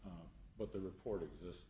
u but the report exist